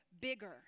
bigger